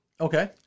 Okay